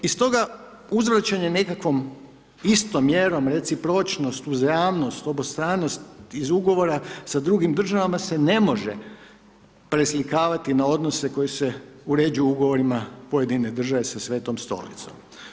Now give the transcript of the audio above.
I stoga, uzvraćanje nekakvom istom mjerom, recipročnost, uzajamnost, obostranost iz ugovora s drugim državama, se ne može preslikavati na odnose koji se uređuju ugovorima pojedine države sa Svetom Stolicom.